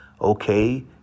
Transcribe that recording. Okay